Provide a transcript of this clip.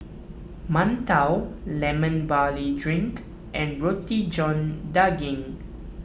Mantou Lemon Barley Drink and Roti John Daging